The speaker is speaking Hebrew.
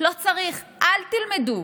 לא צריך, אל תלמדו.